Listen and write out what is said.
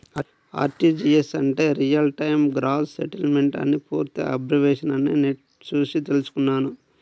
RTGS అంటే real time gross settlement అని పూర్తి అబ్రివేషన్ అని నెట్ చూసి తెల్సుకున్నాను